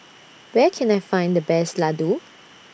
Where Can I Find The Best Ladoo